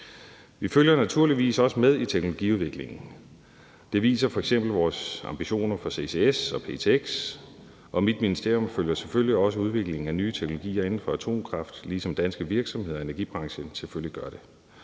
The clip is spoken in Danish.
Vi følger naturligvis også med i teknologiudviklingen. Det viser f.eks. vores ambitioner for ccs og ptx, og mit ministerium følger selvfølgelig også udviklingen af nye teknologier inden for atomkraft, ligesom danske virksomheder og energibranchen selvfølgelig gør det.